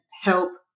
help